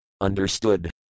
Understood